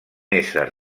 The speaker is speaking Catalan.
ésser